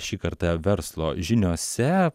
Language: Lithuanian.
šį kartą verslo žiniose